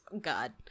God